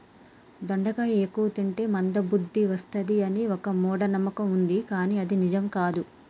దొండకాయ ఎక్కువ తింటే మంద బుద్ది వస్తది అని ఒక మూఢ నమ్మకం వుంది కానీ అది నిజం కాదు